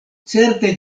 certe